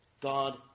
God